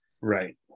Right